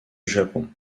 japon